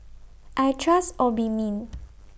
I Trust Obimin